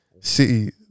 City